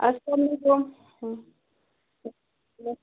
اَسلام علیکُم